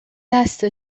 دست